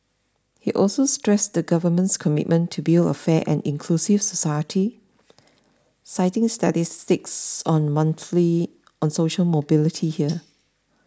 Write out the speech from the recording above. he also stressed the government's commitment to build a fair and inclusive society citing statistics on monthly on social mobility here